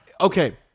Okay